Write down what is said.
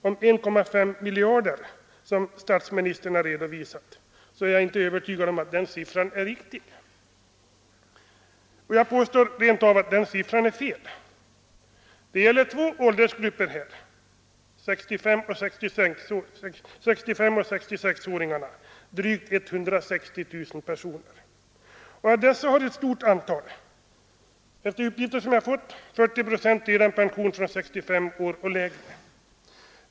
Statsministern har nämnt siffran 1,5 miljarder kronor, men jag är inte övertygad om att den siffran är riktig. Jag påstår rent av att den är felaktig. Det gäller här två åldersgrupper: 65 och 66-åringarna. Det är drygt 160 000 personer, och av dessa har ett stort antal — enligt uppgifter som jag har fått skulle det vara 40 procent — pension redan från 65 år eller tidigare.